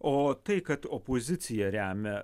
o tai kad opozicija remia